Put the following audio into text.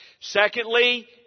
Secondly